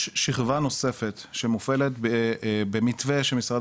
יש שכבה נוספת שמופעלת במתווה שמשרד